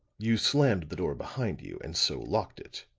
you slammed the door behind you and so locked it.